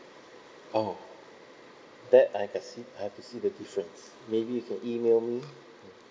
oh that I can see I have to see the difference maybe you could email me